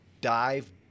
dive